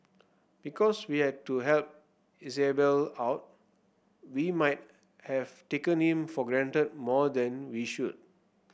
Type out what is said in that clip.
because we had to help Isabelle out we might have taken him for granted more than we should